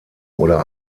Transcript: oder